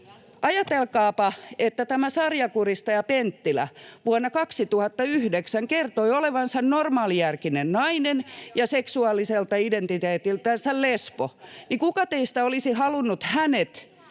Ajatelkaapa, että sarjakuristaja Penttilä vuonna 2009 kertoi olevansa normaalijärkinen nainen [Veronika Honkasalon välihuuto] ja seksuaaliselta identiteetiltänsä lesbo. Kuka teistä olisi halunnut hänet